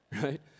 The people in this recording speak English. right